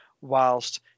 whilst